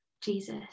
Jesus